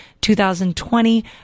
2020